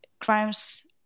crimes